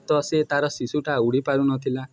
ତ ସେ ତା'ର ଶିଶୁଟା ଉଡ଼ି ପାରୁନଥିଲା